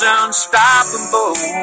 unstoppable